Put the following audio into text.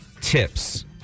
tips